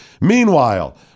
Meanwhile